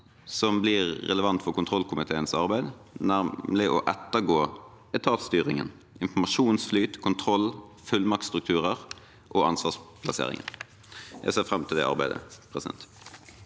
som nå blir relevant for kontrollkomiteens arbeid, nemlig å ettergå etatsstyringen – informasjonsflyt, kontroll, fullmaktsstrukturer og ansvarsplasseringen. Jeg ser fram til det arbeidet.